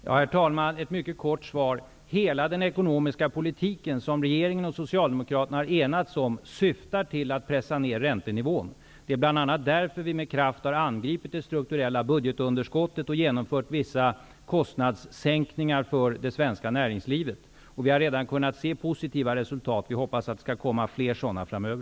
Herr talman! Mycket kort: Den ekonomiska politik som regeringen och Socialdemokraterna har enats om syftar till att pressa ned räntenivån. Det är bl.a. därför som vi med kraft har angripit det strukturella budgetunderskottet och genomfört vissa kostnadssänkningar för det svenska näringslivet. Vi har redan kunnat se positiva resultat. Vi hoppas på flera sådana framöver.